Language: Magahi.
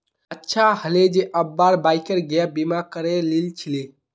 अच्छा हले जे अब्बार बाइकेर गैप बीमा करे लिल छिले